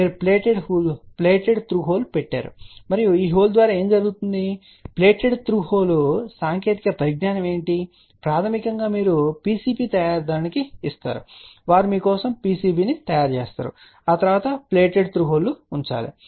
మీరు plated through hole పెట్టారు మరియు ఈ హోల్ ద్వారా ఏమి జరుగుతుంది మరియు ప్లేటెడ్ త్రూ హోల్ సాంకేతిక పరిజ్ఞానం ఏమిటి ప్రాథమికంగా మీరు PCB తయారీదారునికి ఇవ్వవచ్చు వారు మీ కోసం PCB ని తయారు చేస్తారు మరియు మీరు ప్లేటెడ్ త్రూ హోల్ లో ఉంచాలి